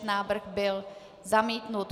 Návrh byl zamítnut.